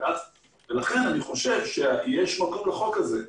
ולכן אני חושב שיש מקום לחוק הזה.